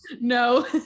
no